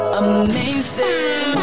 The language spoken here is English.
amazing